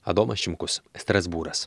adomas šimkus strasbūras